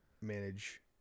manage